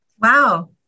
Wow